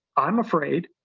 i'm afraid.